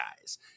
guys